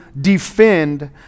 defend